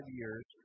years